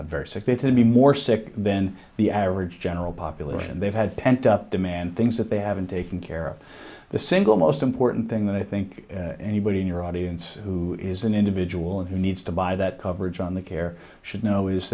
be very sick they to be more sick than the average general population and they've had pent up demand things that they haven't taken care of the single most important thing that i think anybody in your audience who is an individual and who needs to buy that coverage on the care should know is